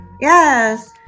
Yes